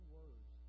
words